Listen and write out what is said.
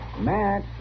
Matt